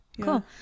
Cool